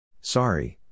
Sorry